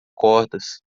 cordas